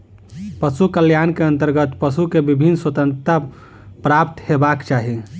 पशु कल्याण के अंतर्गत पशु के विभिन्न स्वतंत्रता प्राप्त हेबाक चाही